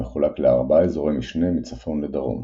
המחולק לארבעה אזורי משנה מצפון לדרום